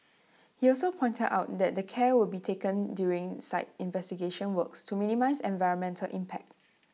he also pointed out that care will be taken during site investigation works to minimise environmental impact